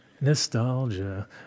Nostalgia